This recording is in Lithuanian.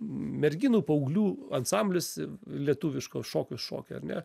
merginų paauglių ansamblis lietuviško šokio šokio ar ne